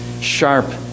sharp